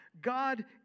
god